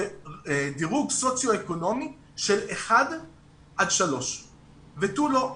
בדירוג סוציו אקונומי של 1 עד 3 ותו לא.